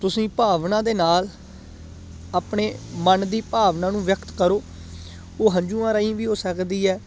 ਤੁਸੀਂ ਭਾਵਨਾ ਦੇ ਨਾਲ ਆਪਣੇ ਮਨ ਦੀ ਭਾਵਨਾ ਨੂੰ ਵਿਅਕਤ ਕਰੋ ਉਹ ਹੰਝੂਆਂ ਰਾਹੀਂ ਵੀ ਹੋ ਸਕਦੀ ਹੈ